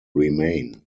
remain